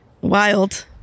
Wild